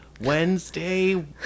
Wednesday